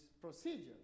procedures